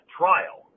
trial